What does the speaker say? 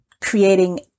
creating